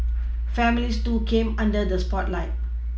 families too came under the spotlight